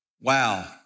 Wow